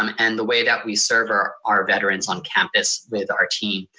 um and the way that we serve ah our veterans on campus with our team.